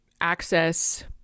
access